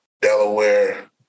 Delaware